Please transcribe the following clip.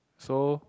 so